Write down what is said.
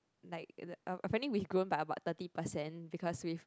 like apparently we grown by about thirty percent because we've